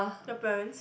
your parents